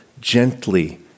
gently